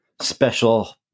special